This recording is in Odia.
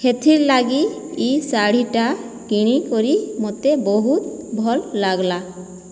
ହେଥିର୍ ଲାଗି ଇ ଶାଢ଼ୀଟା କିଣିକରି ମୋତେ ବହୁତ ଭଲ୍ ଲାଗ୍ଲା